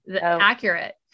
Accurate